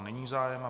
Není zájem.